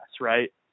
right